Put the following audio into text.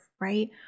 right